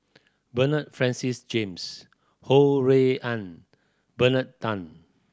Bernard Francis James Ho Rui An Bernard Tan